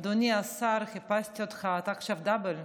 אדוני השר, חיפשתי אותך, אתה עכשיו דאבל,